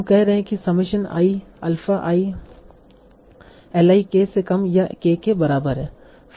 हम कह रहे हैं summation i alpha i li k से कम या k के बराबर है